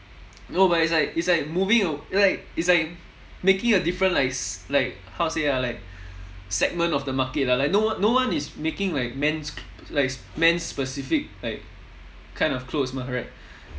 no but it's like it's like moving aw~ like it's like making a different like s~ like how to say ah like segment of the market lah like no one no one is making like men's like men specific like kind of clothes mah right